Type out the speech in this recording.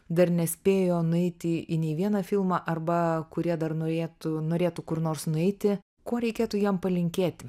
dar nespėjo nueiti į nei vieną filmą arba kurie dar norėtų norėtų kur nors nueiti kuo reikėtų jiem palinkėti